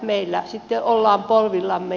meillä sitten ollaan polvillaan